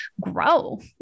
grow